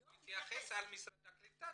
הוא מתייחס למשרד הקליטה,